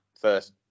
first